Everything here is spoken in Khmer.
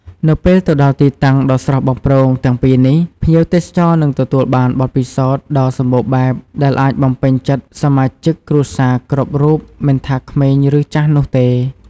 នៅពេលទៅដល់ទីតាំងដ៏ស្រស់បំព្រងទាំងពីរនេះ ភ្ញៀវទេសចរនឹងទទួលបានបទពិសោធន៍ដ៏សម្បូរបែបដែលអាចបំពេញចិត្តសមាជិកគ្រួសារគ្រប់រូបមិនថាក្មេងឬចាស់នោះទេ។